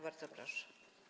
Bardzo proszę.